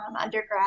undergrad